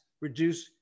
reduce